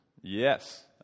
Yes